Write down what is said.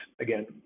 again